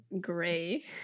gray